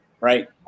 right